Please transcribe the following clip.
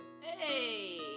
Hey